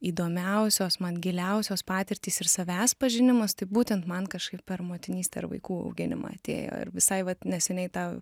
įdomiausios man giliausios patirtys ir savęs pažinimas tai būtent man kažkaip per motinystę ir vaikų auginimą atėjo ir visai vat neseniai tą